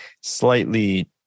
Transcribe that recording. slightly